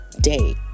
day